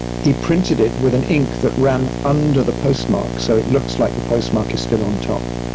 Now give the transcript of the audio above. he printed it with an ink that ran under the postmark. so it looks like the postmark is still on top,